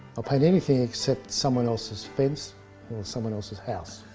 i'll paint anything except someone else's fence or someone else's house.